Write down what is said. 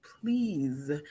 please